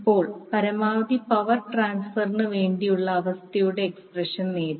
ഇപ്പോൾ പരമാവധി പവർ ട്രാൻസ്ഫറിനു വേണ്ടിയുള്ള അവസ്ഥയുടെ എക്സ്പ്രഷൻ നേടി